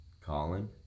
Colin